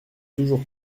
toujours